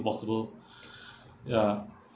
possible ya